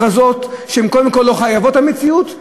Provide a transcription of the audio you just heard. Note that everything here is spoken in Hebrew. הן הכרזות שקודם כול לא חייבות המציאות,